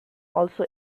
also